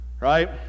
Right